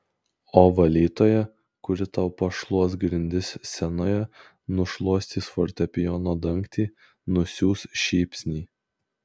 o valytoja kuri tau pašluos grindis scenoje nušluostys fortepijono dangtį nusiųs šypsnį